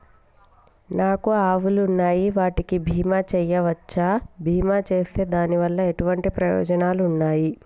నాకు ఆవులు ఉన్నాయి వాటికి బీమా చెయ్యవచ్చా? బీమా చేస్తే దాని వల్ల ఎటువంటి ప్రయోజనాలు ఉన్నాయి?